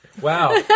Wow